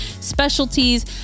specialties